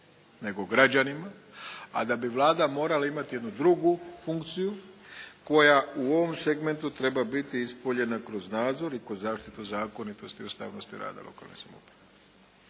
nego građanima, a da bi Vlada morala imati jednu drugu funkciju koja u ovom segmentu treba biti ispunjena kroz nadzor i kroz zaštitu zakonitosti i ustavnosti rada lokalne samouprave.